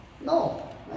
No